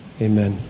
Amen